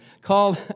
called